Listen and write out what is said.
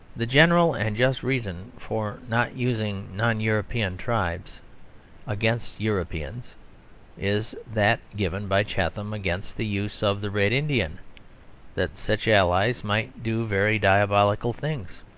the general and just reason for not using non-european tribes against europeans is that given by chatham against the use of the red indian that such allies might do very diabolical things.